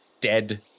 dead